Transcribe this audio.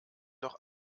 doch